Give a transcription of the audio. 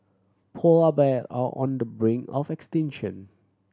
polar bear are on the brink of extinction